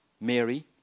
Mary